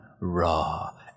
raw